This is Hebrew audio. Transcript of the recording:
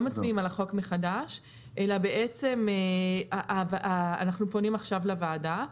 לא מצביעים על החוק מחדש אלא בעצם אנחנו פונים עכשיו לוועדה.